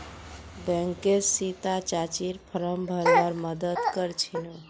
बैंकत सीता चाचीर फॉर्म भरवार मदद कर छिनु